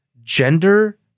gender